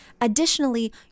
additionally